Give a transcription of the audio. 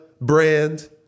brand